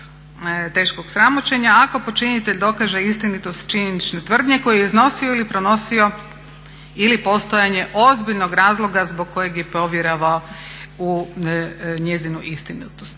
teškog sramoćenja ako počinitelj dokaže istinitost činjenične tvrdnje koju je iznosio ili pronosio ili postojanje ozbiljnog razloga zbog kojeg je povjerovao u njezinu istinitost.